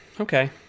okay